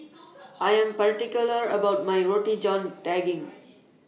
I Am particular about My Roti John Daging